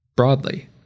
Broadly